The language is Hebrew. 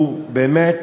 הוא באמת